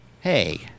Hey